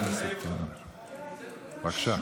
בבקשה.